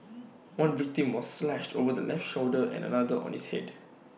one victim was slashed over his left shoulder and another on his Head